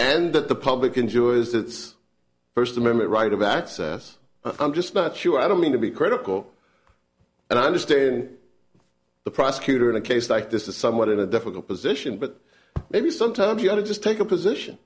and that the public enjoys the first amendment right of access i'm just not sure i don't mean to be critical and i understand the prosecutor in a case like this is somewhat in a difficult position but maybe sometimes you have to just take a position